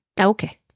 Okay